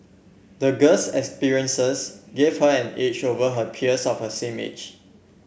the girl's experiences gave her an edge over her peers of a same age